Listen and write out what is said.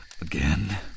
Again